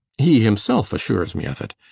he himself assures me of it.